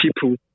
people